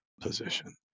position